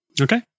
Okay